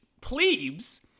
plebes